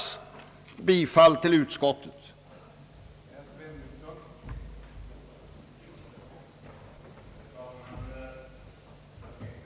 Jag yrkar bifall till utskottets hemställan.